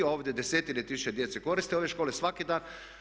Ovdje desetine tisuće djece koriste ove škole svaki dan.